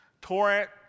torrent